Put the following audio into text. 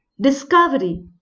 Discovery